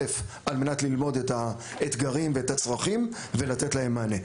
קודם כל על מנת ללמוד את האתגרים והצרכים ולתת להם מענה.